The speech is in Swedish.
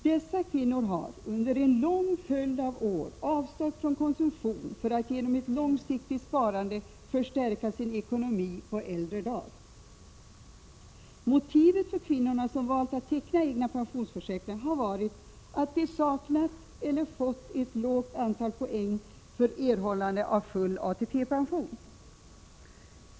Dessa kvinnor har under en lång följd av år avstått från konsumtion för att genom ett långsiktigt sparande förstärka sin ekonomi på äldre dagar. Motivet för de kvinnor som valt att teckna egna pensionsförsäkringar har varit att de saknat poäng eller haft ett för lågt poängtal för att få full ATP-pension.